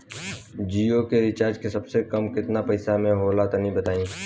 जियो के रिचार्ज सबसे कम केतना पईसा म होला तनि बताई?